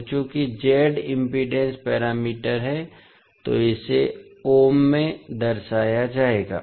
तो चूंकि z impedance parameter है तो इसे ओम में दर्शाया जाएगा